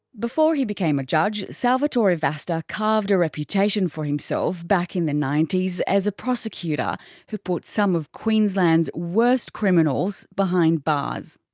before he became a judge, salvatore vasta carved a reputation for himself back in the ninety s as a prosecutor who put some of queensland's worst criminals behind bars.